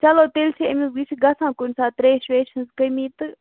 چلو تیٚلہِ چھِ أمِس یہِ چھِ گژھان کُنہِ ساتہٕ ترٛیش ویش ہٕنٛز کَمی تہٕ